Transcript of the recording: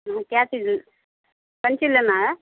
हँ क्या चीज कोन चीज लेना है